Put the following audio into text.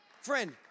Friend